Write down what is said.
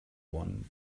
one